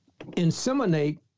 inseminate